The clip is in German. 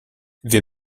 wir